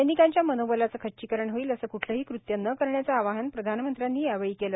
सैनिकांच्या मनोबलाचे खच्चीकरण होईल असे क्ठलेही कृत्य न करण्याचं आवाहन प्रधानमंत्र्यांनी यावेळी केलं